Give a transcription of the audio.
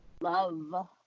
love